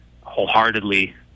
wholeheartedly